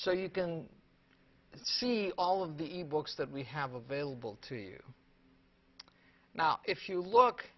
so you can see all of the e books that we have available to you now if you look